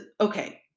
okay